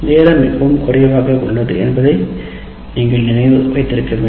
நேரம் மிகவும் குறைவாகவே உள்ளது என்பதை நீங்கள் நினைவில் வைத்திருக்க வேண்டும்